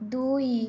ଦୁଇ